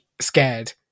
scared